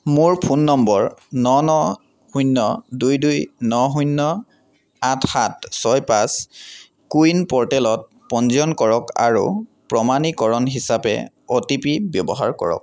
মোৰ phone number ন ন শূণ্য় দুই দুই ন শূণ্য় আঠ সাত ছয় পাঁচ কো ৱিন প'ৰ্টেলত পঞ্জীয়ন কৰক আৰু প্ৰমাণীকৰণ হিচাপে অ'টিপি ব্যৱহাৰ কৰক